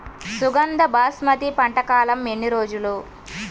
సుగంధ బాస్మతి పంట కాలం ఎన్ని రోజులు?